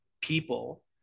people